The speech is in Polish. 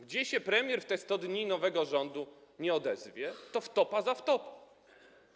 Gdzie się premier w te 100 dni nowego rządu nie odezwie, to wtopa za wtopą.